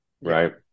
right